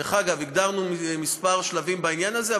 דרך אגב, הגדרנו כמה שלבים בעניין הזה.